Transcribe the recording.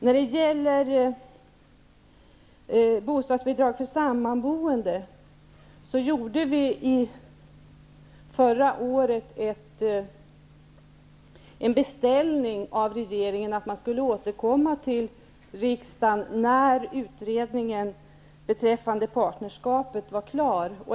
När det gäller bostadsbidrag för sammanboende gjorde vi förra året en beställning hos regeringen om att man skulle återkomma till riksdagen när utredningen om partnerskapet var klar.